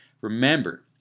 Remember